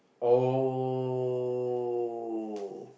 oh